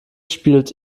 spielt